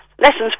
lessons